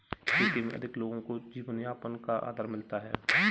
खेती में अधिक लोगों को जीवनयापन का आधार मिलता है